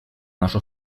нашу